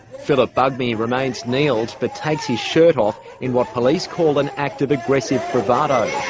phillip bugmy remains kneeled, but takes his shirt off in what police call an act of aggressive bravado.